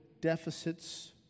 deficits